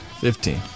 fifteen